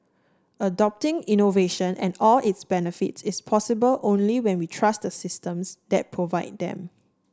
adopting innovation and all its benefits is possible only when we trust the systems that provide them